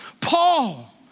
Paul